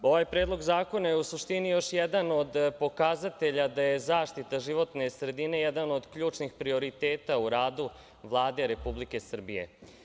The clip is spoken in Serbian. Ovaj Predlog zakona je u suštini još jedan od pokazatelja da je zaštita životne sredine jedan od ključnih prioriteta u radu Vlade Republike Srbije.